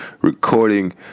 recording